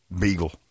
beagle